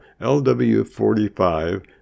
LW45